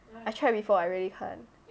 I try before I really can't